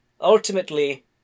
ultimately